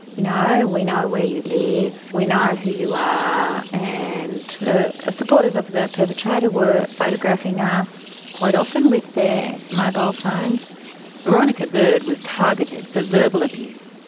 you know we know where you live, we know who you. ah and the supporters of the perpetrator were photographing us quite often with their mobile phones. veronica bird was targeted for verbal abuse.